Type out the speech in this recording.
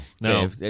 No